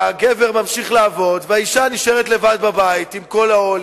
הגבר ממשיך לעבוד והאשה נשארת לבד בבית עם כל העול,